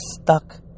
stuck